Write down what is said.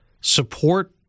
support